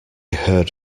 heard